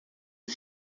les